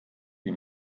wie